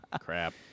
Crap